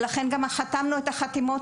לכן גם חתמנו את חתימות